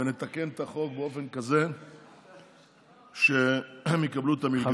ונתקן את החוק באופן כזה שהם יקבלו את המלגה.